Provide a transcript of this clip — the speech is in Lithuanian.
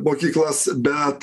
mokyklas bet